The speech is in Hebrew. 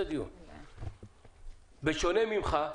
בשונה ממך,